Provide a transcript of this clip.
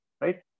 right